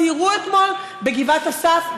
סיירו אתמול בגבעת אסף,